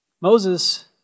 Moses